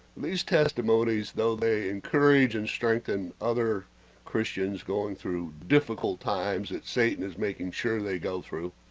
these testimonies though, they encourage and strengthen other christians, going through difficult times that satan, is making sure they go through,